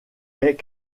est